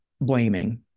blaming